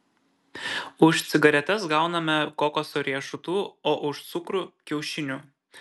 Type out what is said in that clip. už cigaretes gauname kokoso riešutų o už cukrų kiaušinių